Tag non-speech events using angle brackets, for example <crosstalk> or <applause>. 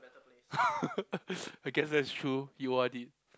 <laughs> I guess that's true he O_R_D